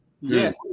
Yes